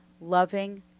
loving